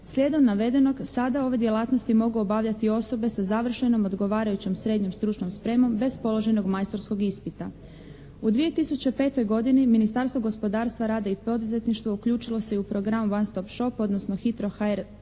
Slijedom navedenog sada ove djelatnosti mogu obavljati osobe sa završenom odgovarajućom srednjom stručnom spremom bez položenog majstorskog ispita. U 2005. godini Ministarstvo gospodarstva, rada i poduzetništva uključilo se i u program «One stop shop» odnosno «Hitro HR»